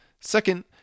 Second